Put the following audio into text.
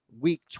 week